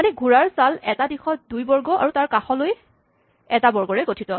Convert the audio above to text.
মানে ঘোঁৰাৰ চাল এটা দিশত দুই বৰ্গ আৰু তাৰ কাষলৈ এটা বৰ্গৰে গঠিত